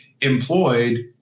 employed